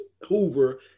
Hoover